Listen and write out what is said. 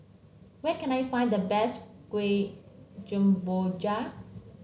where can I find the best kueh Gemboja